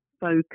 focus